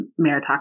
meritocracy